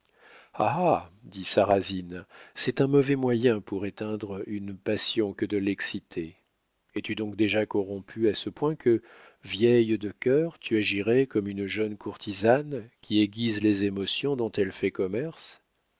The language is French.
ah dit sarrasine c'est un mauvais moyen pour éteindre une passion que de l'exciter es-tu donc déjà corrompue à ce point que vieille de cœur tu agirais comme une jeune courtisane qui aiguise les émotions dont elle fait commerce